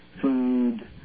food